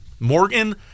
Morgan